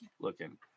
looking